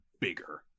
bigger